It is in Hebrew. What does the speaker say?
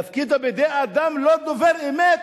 להפקיד אותם בידי אדם לא דובר אמת,